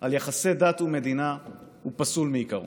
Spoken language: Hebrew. על יחסי דת ומדינה פסול מעיקרו.